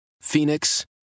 Phoenix